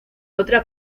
otra